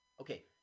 Okay